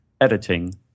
editing